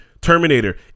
Terminator